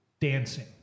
dancing